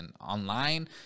online